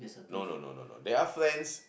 no no no no no they're friends